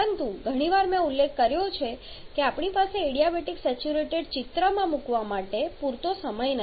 પરંતુ ઘણી વાર મેં ઉલ્લેખ કર્યો છે કે આપણી પાસે એડીયાબેટિક સેચ્યુરેટેડ ચિત્રમાં મૂકવા માટે પૂરતો સમય નથી